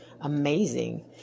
amazing